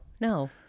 no